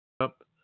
up